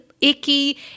icky